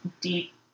deep